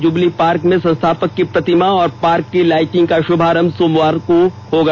jubilee park में संस्थापक की प्रतिमा और पार्क की लाइटिंग का शुभारंभ सोमवार को होगा